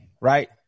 right